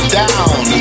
down